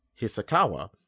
Hisakawa